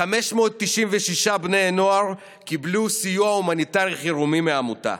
596 בני נוער קיבלו סיוע הומניטרי חירומי מהעמותה.